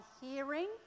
hearing